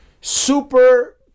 super